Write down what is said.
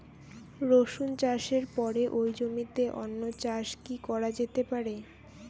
রসুন চাষের পরে ওই জমিতে অন্য কি চাষ করা যেতে পারে?